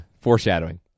foreshadowing